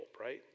Right